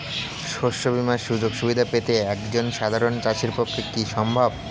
শস্য বীমার সুযোগ সুবিধা পেতে একজন সাধারন চাষির পক্ষে কি সম্ভব?